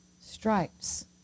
stripes